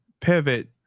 pivot